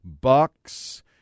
Bucks